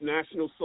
National